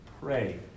pray